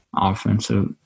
offensive